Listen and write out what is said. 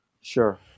Sure